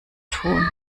tun